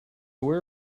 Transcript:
where